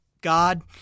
God